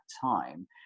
time